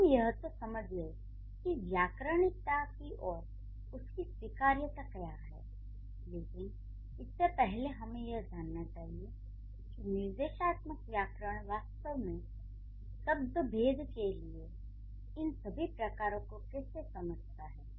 हम यह तो समझ गए कि व्याकरणिकता और उसकी स्वीकार्यता क्या है लेकिन इससे पहले हमें यह जानना चाहिए कि निर्देशात्मक व्याकरण वास्तव में शब्दभेद के इन सभी प्रकारों को कैसे समझता है